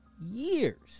years